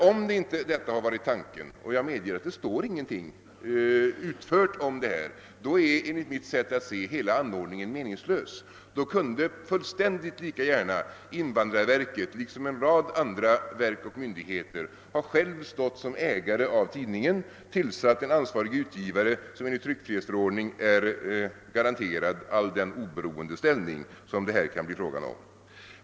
Om detta inte varit tanken — och jag medger att det inte står någon förklaring härom — är enligt mitt sätt att se hela anordningen meningslös. Då kunde lika gärna invandrarverket, liksom en rad andra verk och myndigheter, självt stått som ägare av tidningen och tillsatt en ansvarig utgivare som enligt tryckfrihetsförordningen är garanterad den oberoende ställning som det här kan bli fråga om.